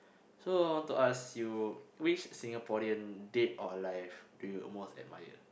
so I want to ask you which Singaporean dead or alive do you most admire